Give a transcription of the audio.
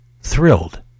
thrilled